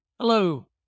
Hello